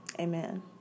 Amen